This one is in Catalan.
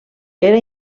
era